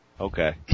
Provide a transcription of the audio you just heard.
Okay